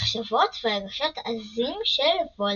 מחשבות ורגשות עזים של וולדמורט.